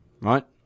Right